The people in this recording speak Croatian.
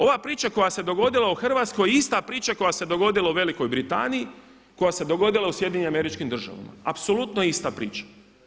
Ova priča koja se dogodila u Hrvatskoj je ista priča koja se dogodila u Velikoj Britaniji, koja se dogodila u SAD-u, apsolutno ista priča.